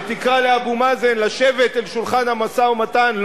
שתקרא לאבו מאזן לשבת אל שולחן המשא-ומתן?